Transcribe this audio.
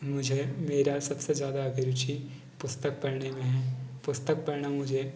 मुझे मेरा सबसे ज़्यादा अभिरुचि पुस्तक पढ़ने में है पुस्तक पढ़ना मुझे